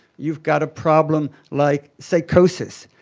you've got a problem like psychosis.